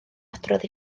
adrodd